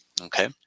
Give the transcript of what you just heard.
okay